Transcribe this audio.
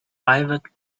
pivot